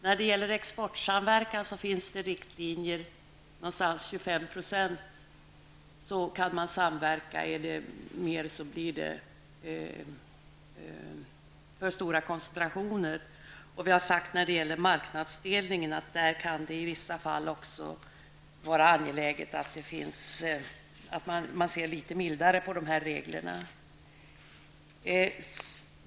När det gäller exportsamverkan finns det riktlinjer som säger ca 25 % av marknaden kan samverka. Därutöver blir det för stora koncentrationer. Vi har när det gäller marknadsdelning sagt att det i vissa fall kan vara angeläget att se litet mildare på regleringen.